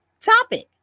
topic